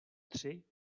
tři